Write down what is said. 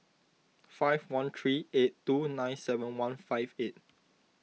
five one three eight two nine seven one five eight